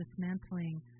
dismantling